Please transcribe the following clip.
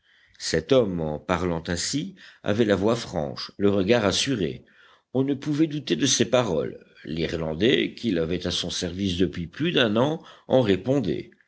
cet homme en parlant ainsi avait la voix franche le regard assuré on ne pouvait douter de ses paroles l'irlandais qui l'avait à son service depuis plus d'un an en répondait